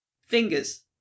fingers